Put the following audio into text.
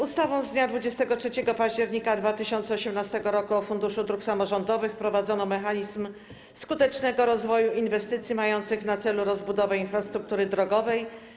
Ustawą z dnia 23 października 2018 r. o Funduszu Dróg Samorządowych wprowadzono mechanizm skutecznego rozwoju inwestycji mających na celu rozbudowę infrastruktury drogowej.